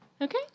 Okay